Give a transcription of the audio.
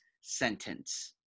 sentence